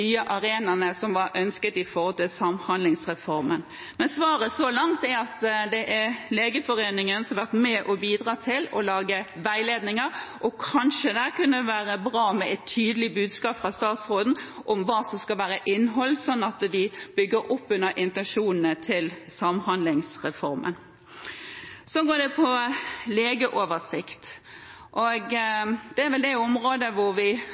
arenaene som var ønsket i samhandlingsreformen. Svaret så langt er at det er Legeforeningen som har vært med og bidratt til å lage veiledninger. Kanskje det kunne være bra med et tydelig budskap fra statsråden om hva som skal være innholdet, slik at det bygger opp under intensjonene bak samhandlingsreformen. Så til legeoversikt. Det er vel det området der vi